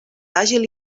àgil